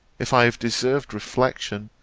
if i have deserved reflection,